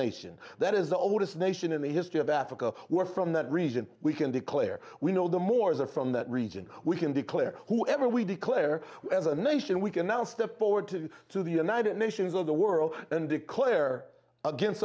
nation that is the oldest nation in the history of africa we're from that region we can declare we know the mors are from that region we can declare who ever we declare as a nation we can now step forward to to the united nations of the world and declare against